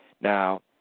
Now